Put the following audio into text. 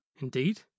indeed